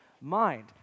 mind